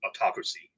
autocracy